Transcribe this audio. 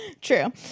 True